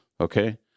Okay